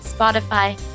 Spotify